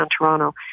Toronto